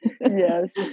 Yes